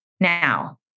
now